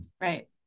Right